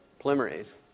polymerase